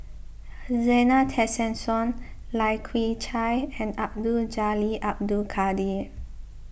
Zena Tessensohn Lai Kew Chai and Abdul Jalil Abdul Kadir